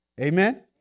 Amen